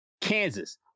Kansas